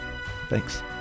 Thanks